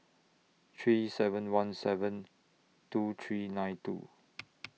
three seven one seven two three nine two